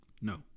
No